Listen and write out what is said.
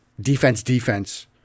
defense-defense